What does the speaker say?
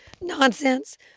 nonsense